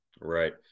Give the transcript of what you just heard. Right